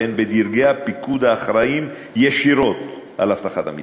והן בדרגי הפיקוד האחראים לאבטחת המתקן.